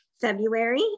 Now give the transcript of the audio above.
February